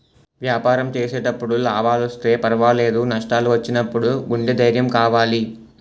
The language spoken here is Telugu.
వ్యాపారం చేసేటప్పుడు లాభాలొస్తే పర్వాలేదు, నష్టాలు వచ్చినప్పుడు గుండె ధైర్యం కావాలి